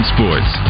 Sports